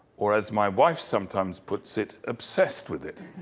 or as my wife sometimes puts it, obsessed with it.